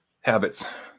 habits